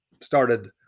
started